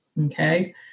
Okay